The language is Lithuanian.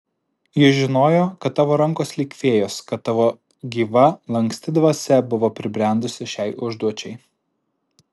ji žinojo kad tavo rankos lyg fėjos kad tavo gyva lanksti dvasia buvo pribrendusi šiai užduočiai